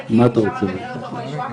כי משם כנראה לא תבוא הישועה,